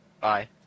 Bye